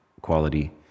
quality